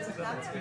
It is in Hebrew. תודה על דברייך.